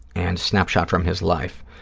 and snapshot from his life,